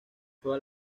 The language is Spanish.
todas